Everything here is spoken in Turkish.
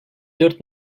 dört